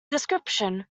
description